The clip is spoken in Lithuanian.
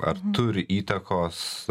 ar turi įtakos